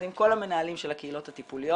עם כל המנהלים של הקהילות הטיפוליות.